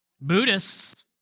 Buddhists